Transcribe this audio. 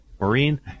Maureen